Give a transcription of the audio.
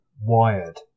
Wired